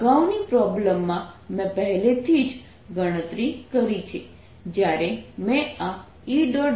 અગાઉની પ્રોબ્લેમમાં મેં પહેલેથી જ ગણતરી કરી છે જ્યારે મેં આ E